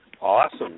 Awesome